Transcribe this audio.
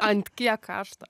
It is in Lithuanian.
ant kiek karšta